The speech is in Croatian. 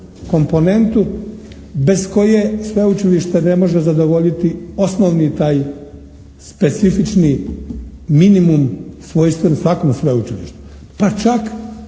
komponentu bez koje sveučilište ne može zadovoljiti osnovni taj specifični minimum svojstven svakom sveučilištu, pa čak